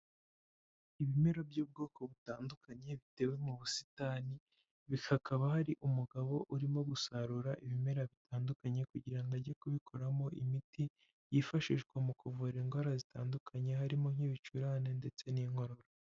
Ibimera by'ubwoko butandukanye bitewe mu busitani, gusa hakaba hari umugabo urimo gusarura ibimera bitandukanye kugira ngo ajye kubikoramo imiti, yifashishwa mu kuvura indwara zitandukanye, harimo nk'ibicurane ndetse n'inkorora.